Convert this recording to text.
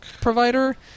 provider